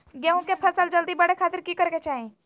गेहूं के फसल जल्दी बड़े खातिर की करे के चाही?